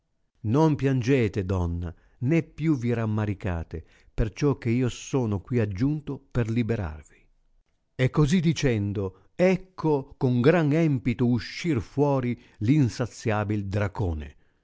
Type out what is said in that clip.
non piangete donna né più vi rammaricate perciò che io sono qui aggiunto per liberarvi e così dicendo ecco con gran empito uscir fuori l insaziabil dracone e